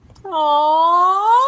Aww